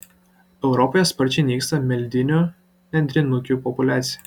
europoje sparčiai nyksta meldinių nendrinukių populiacija